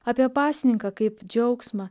apie pasninką kaip džiaugsmą